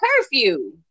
curfew